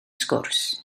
sgwrs